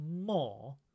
more